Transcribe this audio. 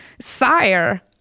sire